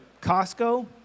Costco